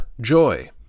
joy